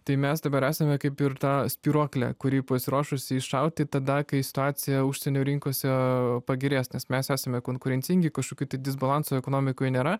tai mes dabar esame kaip ir ta spyruoklė kuri pasiruošusi iššauti tada kai situacija užsienio rinkose pagerės nes mes esame konkurencingi kažkokių tai disbalansų ekonomikoj nėra